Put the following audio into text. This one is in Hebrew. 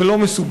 זה לא מסובך.